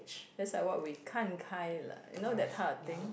that's like what we 看开了 you know that type of thing